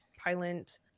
pilot